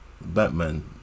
Batman